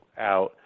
out